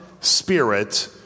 spirit